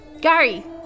Gary